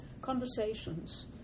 Conversations